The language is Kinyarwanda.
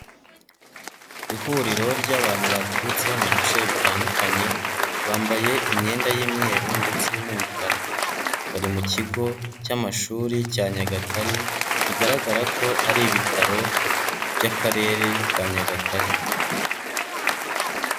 Ihuriro ry'abantu baturutse mu bice bitandukanye, bambaye imyenda y'imyeru ndetse n'imikara, bari mu kigo cy'amashuri cya Nyagatare bigaragara ko ari ibitaro by'Akarere ka Nyagatare.